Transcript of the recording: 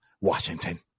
Washington